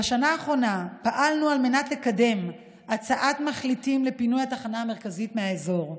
בשנה האחרונה פעלנו לקדם הצעת מחליטים לפינוי התחנה המרכזית מהאזור.